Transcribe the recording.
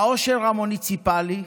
העושר המוניציפלי,